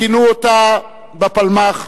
כינו אותה בפלמ"ח,